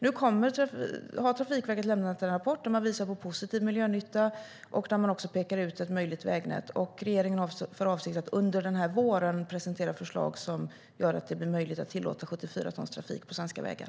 Nu har Trafikverket lämnat en rapport där man visar på positiv miljönytta och där man också pekar ut ett möjligt vägnät. Regeringen har för avsikt att under våren presentera förslag som gör att det blir möjligt att tillåta 74-tonstrafik på svenska vägar.